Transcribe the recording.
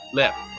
left